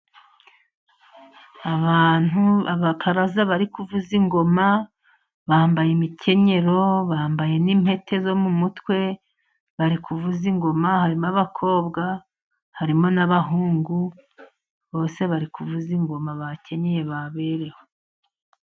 Abantu abakaraza bari kuvuza ingoma. Bambaye imikenyero,. bambaye n'impete zo mu mutwe ,bari kuvuza ingoma. Harimo abakobwa harimo n'abahungu, bose bari kuvuza ingoma bakenyeye baberewe.